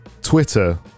Twitter